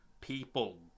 people